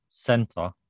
Center